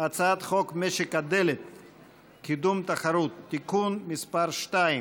הצעת חוק מועצת הצמחים (ייצור ושיווק) (תיקון מס' 10),